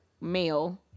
male